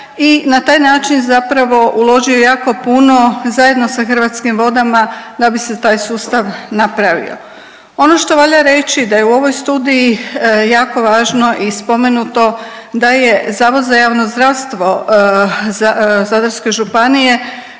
i na taj način zapravo uloži je jako puno zajedno sa Hrvatskim vodama da bi se taj sustav napravio. Ono što valja reći da je u ovoj studiji jako važno i spomenuo da je Zavod za javno zdravstvo Zadarske županije